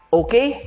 okay